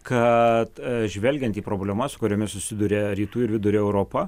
kad žvelgiant į problemas kuriomis susiduria rytų ir vidurio europa